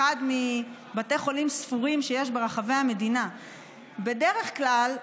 אחד מבתי חולים ספורים שיש ברחבי המדינה בדרך כלל,